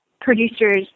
producers